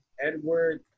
Edward